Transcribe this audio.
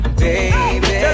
baby